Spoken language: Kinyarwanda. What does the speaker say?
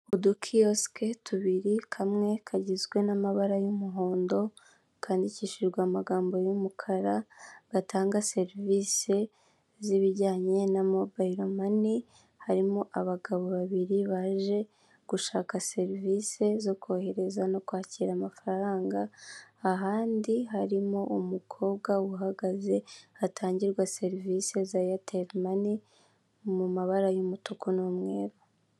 Udukiyosike tubiri kamwe kagizwe n'amabara y'umuhondo kandikishijwe amagambo y'umukara batanga serivisi z'ibijyanye na mobile mane, harimo abagabo babiri baje gushaka serivisi zo kohereza no kwakira amafaranga, ahandi harimo umukobwa uhagaze ahatangirwa serivisi za eyateli mane mu mabara y'umutuku n'umweru.